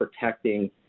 protecting